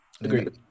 Agreed